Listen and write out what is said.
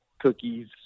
cookies